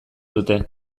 dute